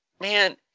Man